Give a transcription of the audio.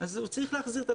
הוא צריך להחזיר.